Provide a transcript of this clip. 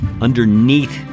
underneath